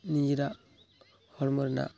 ᱱᱤᱡᱮᱨᱟᱜ ᱦᱚᱲᱢᱚ ᱨᱮᱱᱟᱜ